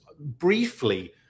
Briefly